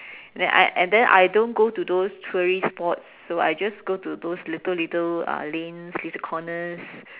then I and I I then I don't go to those tourist spots so I just go to those little little uh lanes little corners